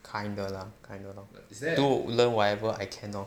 kinda lah kinda lah do learn whatever I can lor